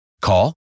Call